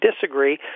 disagree